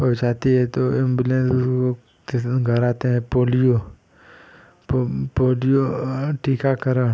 पहुँचाती है तो एम्बुलेंस वो किसी दिन घर आते हैं पोलियो पोलियो टीकाकरण